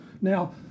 Now